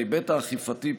בהיבט האכיפתי,